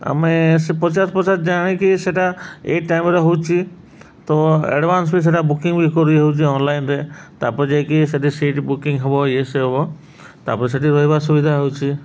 ଆମେ ସେ ପଚାଶ ପଚାଶ ଜାଣିକି ସେଇଟା ଏଇ ଟାଇମରେ ହଉଚି ତ ଆଡ଼ଭାନ୍ସ ବି ସେଇଟା ବୁକିଂ ବି କରିହଉଛି ଅନଲାଇନରେ ତା'ପରେ ଯାଇକି ସେଠି ସିଟ୍ ବୁକିଂ ହବ ଇଏସିଏ ହବ ତା'ପରେ ସେଠି ରହିବା ସୁବିଧା ହଉଛି